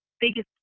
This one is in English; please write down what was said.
biggest